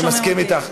אני מסכים אתך.